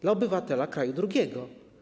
Dla obywatela kraju drugiego.